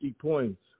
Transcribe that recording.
points